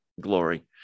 glory